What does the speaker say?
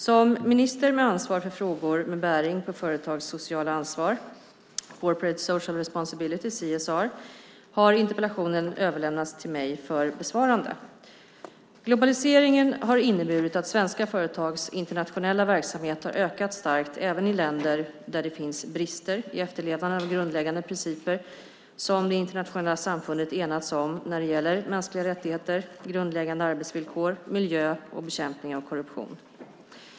Som minister med ansvar för frågor med bäring på företags sociala ansvar, Corporate Social Responsibility, CSR, har interpellationen överlämnats till mig för besvarande. Globaliseringen har inneburit att svenska företags internationella verksamhet har ökat starkt även i länder där det finns brister i efterlevnaden av grundläggande principer som det internationella samfundet har enats om när det gäller mänskliga rättigheter, grundläggande arbetsvillkor, miljö och bekämpning av korruption.